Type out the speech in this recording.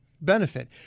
benefit